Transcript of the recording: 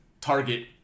target